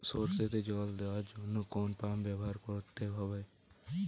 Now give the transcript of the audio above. সরষেতে জল দেওয়ার জন্য কোন পাম্প ব্যবহার করতে হবে?